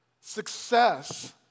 Success